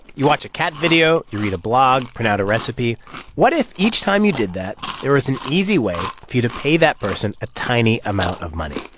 you watch a cat video, you read a blog, print out a recipe what if each time you did that, there was an easy way for you to pay that person a tiny amount of money?